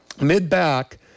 Mid-back